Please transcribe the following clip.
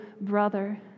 brother